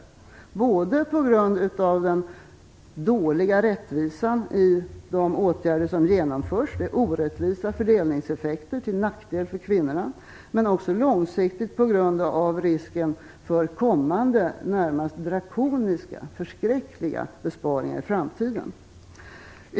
Det är den både kortsiktigt, på grund av den dåliga rättvisan i de åtgärder som genomförs - de ger orättvisa fördelningseffekter till nackdel för kvinnorna - men också långsiktigt på grund av risken för kommande närmast drakoniska förskräckliga besparingar i framtiden.